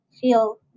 feel